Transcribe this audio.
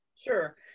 Sure